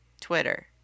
Twitter